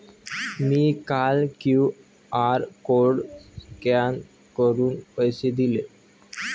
मी काल QR code scan करून पैसे दिले